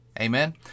Amen